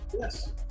Yes